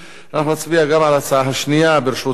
אנחנו נצביע גם על ההצעה השנייה, ברשותכם: